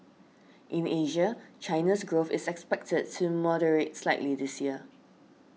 in Asia China's growth is expected to moderate slightly this year